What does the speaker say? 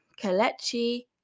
Kalechi